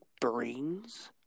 brains